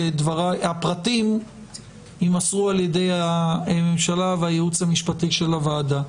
הפרטים יימסרו על ידי הממשלה והייעוץ המשפטי של הוועדה.